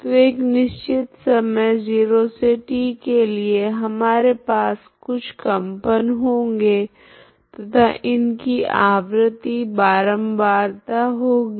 तो एक निश्चित समय 0 से t के लिए हमारे पास कुछ कंपन होगे तथा इनकी आवृति बारंबारता होगी